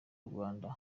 rwanda